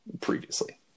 previously